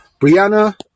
brianna